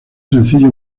sencillo